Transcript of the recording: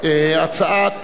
הצעת